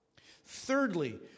Thirdly